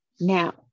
now